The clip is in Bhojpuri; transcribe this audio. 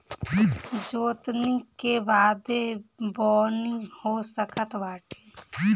जोतनी के बादे बोअनी हो सकत बाटे